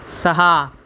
सहा